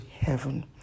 heaven